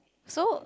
so